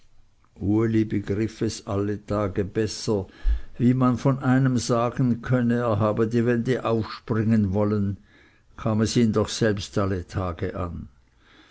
begriff es alle tage besser wie man von einem sagen könne er habe die wände auf springen wollen kam es ihn doch selbst alle tage an